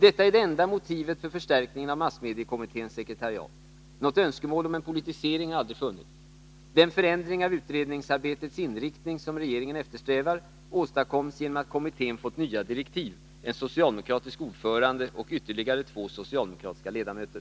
Detta är det enda motivet för förstärkningen av massmediekommitténs sekretariat. Något önskemål om en politisering har aldrig funnits. Den förändring av utredningsarbetets inriktning som regeringen eftersträvar åstadkoms genom att komittén fått nya direktiv, en socialdemokratisk ordförande och ytterligare två socialdemokratiska ledamöter.